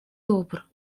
добр